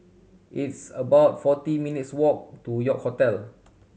it's about forty minutes' walk to York Hotel